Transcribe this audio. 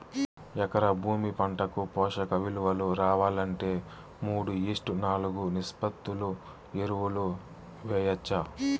ఎకరా భూమి పంటకు పోషక విలువలు రావాలంటే మూడు ఈష్ట్ నాలుగు నిష్పత్తిలో ఎరువులు వేయచ్చా?